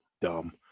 dumb